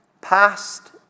past